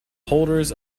holders